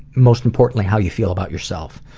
most importantly, how you feel about yourself.